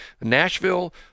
Nashville